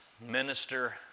minister